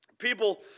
People